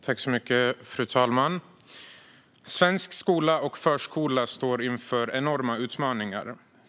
Fru talman! Svensk skola och förskola står inför enorma utmaningar.